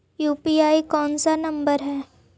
UPI कोन सा number हैं?